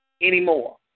anymore